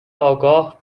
آگاه